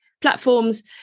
platforms